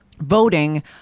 voting